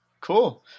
Cool